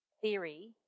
theory